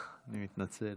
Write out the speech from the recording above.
אני מתנצל.